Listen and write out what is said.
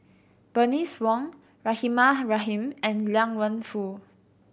Bernice Wong Rahimah Rahim and Liang Wenfu